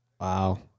Wow